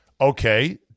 Okay